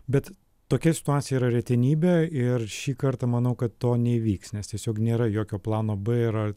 bet tokia situacija yra retenybė ir šį kartą manau kad to neįvyks nes tiesiog nėra jokio plano b yra